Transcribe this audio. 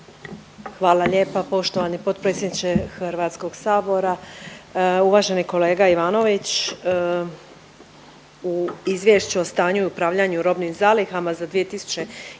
Hvala lijepa poštovani potpredsjedniče HS-a. Uvaženi kolega Ivanović, u Izvješću o stanju i upravljanju robnim zalihama za 2023.